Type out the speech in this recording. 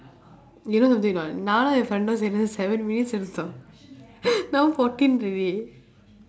you know something or not now the final sentence seven minutes then stop now fourteen already